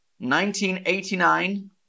1989